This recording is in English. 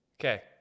Okay